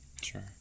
Sure